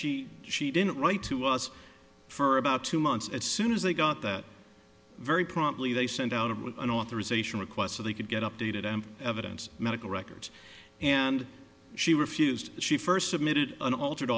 she she didn't write to us for about two months as soon as they got that very promptly they sent out of with an authorization request so they could get updated evidence medical records and she refused she first submitted an altered